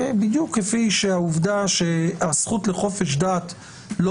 בדיוק כפי שהעובדה שהזכות לחופש דת לא